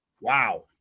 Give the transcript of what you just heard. Wow